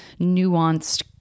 nuanced